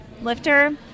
lifter